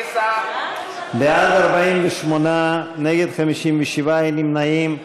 בעד, 48, נגד, 57, אין נמנעים.